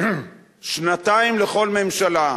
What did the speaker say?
שנתיים לכל ממשלה.